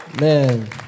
Man